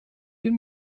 den